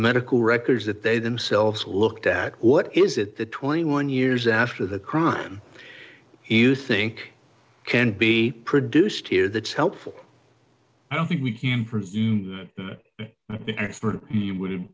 medical records that they themselves looked at what is it that twenty one years after the crime he used think can be produced here that's helpful i don't think we would